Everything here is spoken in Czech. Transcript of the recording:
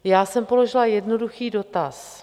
Já jsem položila jednoduchý dotaz.